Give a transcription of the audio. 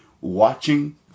watching